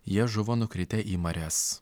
jie žuvo nukritę į marias